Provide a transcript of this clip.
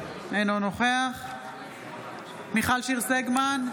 אינו נוכח מיכל שיר סגמן,